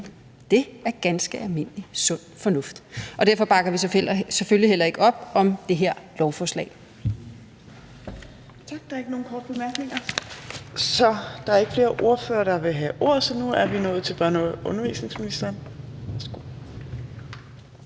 det er ganske almindelig sund fornuft. Og derfor bakker vi selvfølgelig heller ikke op om det her lovforslag.